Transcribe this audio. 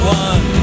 one